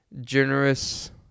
Generous